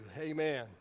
Amen